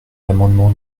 l’amendement